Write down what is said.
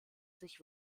sich